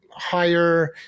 higher